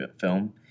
film